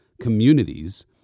communities